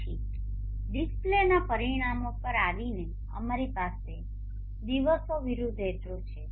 પછી ડિસ્પ્લેના પરિણામો પર આવીને અમારી પાસે દિવસો વિરુદ્ધ H0 છે